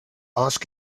ask